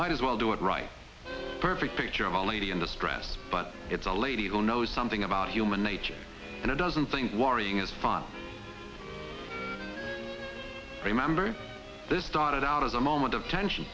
might as well do it right perfect picture only in the stress but it's a lady who knows something about human nature and it doesn't think worrying is fun remember this started out as a moment of tension